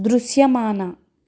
దృశ్యమాన